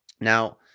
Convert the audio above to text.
Now